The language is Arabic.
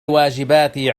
واجباتي